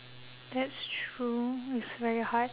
that's true it's very hard